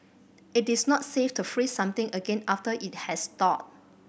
it is not safe to freeze something again after it has thawed